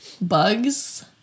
Bugs